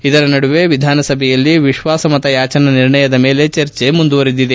ಇದರ ನಡುವೆ ವಿಧಾನಸಭೆಯಲ್ಲಿ ವಿಶ್ವಾಸಮತ ಯಾಚನಾ ನಿರ್ಣಯದ ಮೇಲೆ ಚರ್ಚೆ ಮುಂದುವರೆದಿದೆ